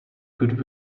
good